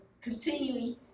continuing